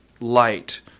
light